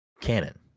canon